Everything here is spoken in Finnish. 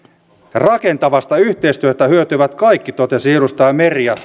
rakentavasta yhteistyöstä hyötyvät kaikki totesi edustaja meri ja